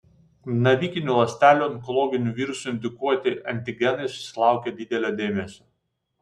navikinių ląstelių onkologinių virusų indukuoti antigenai susilaukė didelio dėmesio